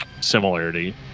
similarity